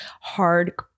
hard